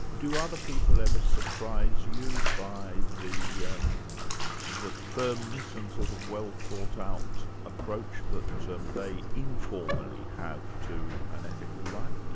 do other people ever surprise you by the um the firmness and sort of well thought out approach that they informally have to an ethical life?